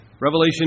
Revelation